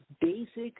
basic